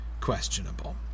questionable